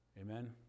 Amen